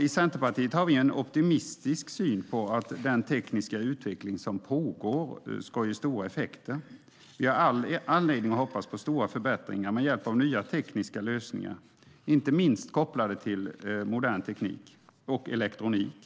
I Centerpartiet har vi en optimistisk syn på att den tekniska utveckling som pågår ska ge stora effekter. Vi har all anledning att hoppas på stora förbättringar med hjälp av nya tekniska lösningar, inte minst kopplade till modern teknik och elektronik.